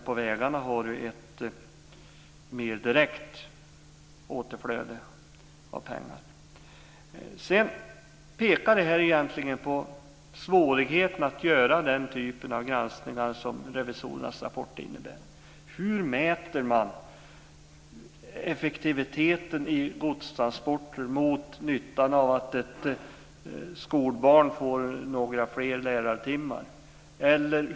Från vägarna finns ett mer direkt återflöde av pengar. Det här pekar på svårigheten att göra den typ av granskning som revisorernas rapport innebär. Hur mäter man effektiviteten i godstransporter och jämför den med nyttan av att skolbarn får några fler lärartimmar?